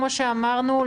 כפי שאמרנו,